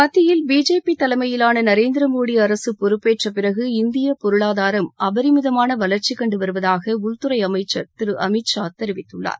மத்தியில் பிஜேபி தலைமையிலான பிரதம் திரு நரேந்திர மோடி அரசு பொறுப்பேற்ற பிறகு இந்தியப் பொருளாதாரம் அபரிமிதமான வளர்ச்சி கண்டுவருவதாக உள்துறை அமைச்சர் திரு அமித்ஷா தெரிவித்துள்ளார்